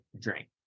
drink